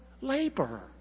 labor